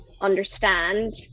Understand